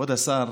כבוד השר,